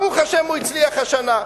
ברוך השם, הוא הצליח השנה.